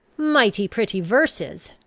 mighty pretty verses!